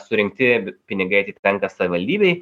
surinkti pinigai atitenka savivaldybei